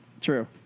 True